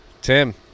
Tim